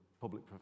public